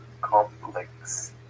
complex